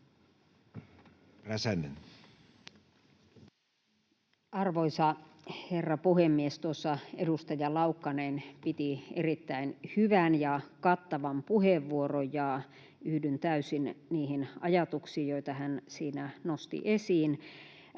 Arvoisa herra puhemies! Edustaja Laukkanen piti erittäin hyvän ja kattavan puheenvuoron, ja yhdyn täysin niihin ajatuksiin, joita hän siinä nosti esiin.